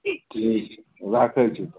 ठीक राखै छी तऽ